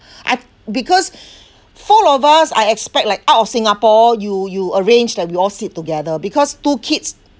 I because four of us I expect like out of singapore you you arranged that you all sit together because two kids